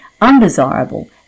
undesirable